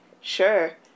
Sure